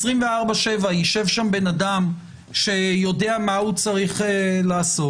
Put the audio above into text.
24/7 ישב שם בן אדם שיודע מה הוא צריך לעשות?